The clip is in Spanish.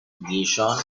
gijón